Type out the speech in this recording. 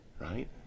right